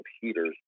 heaters